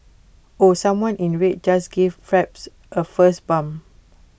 ooh someone in red just gave Phelps A fist bump